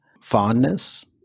fondness